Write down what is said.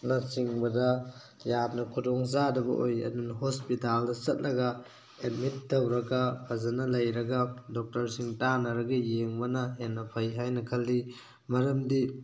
ꯅ ꯆꯤꯡꯕꯗ ꯌꯥꯝꯅ ꯈꯨꯗꯣꯡ ꯆꯥꯗꯕ ꯑꯣꯏ ꯑꯗꯨꯅ ꯍꯣꯁꯄꯤꯇꯥꯜꯗ ꯆꯠꯂꯒ ꯑꯦꯗꯃꯤꯠ ꯇꯧꯔꯒ ꯐꯖꯟꯅ ꯂꯩꯔꯒ ꯗꯣꯛꯇꯔꯁꯤꯡ ꯇꯥꯅꯔꯒ ꯌꯦꯡꯕꯅ ꯍꯦꯟꯅ ꯐꯩ ꯍꯥꯏꯅ ꯈꯜꯂꯤ ꯃꯔꯝꯗꯤ